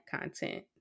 content